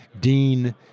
Dean